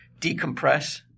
decompress